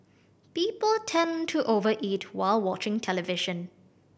people tend to over eat while watching television